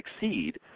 succeed